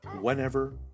whenever